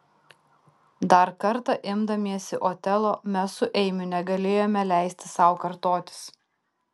dar kartą imdamiesi otelo mes su eimiu negalėjome leisti sau kartotis